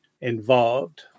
involved